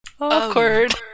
Awkward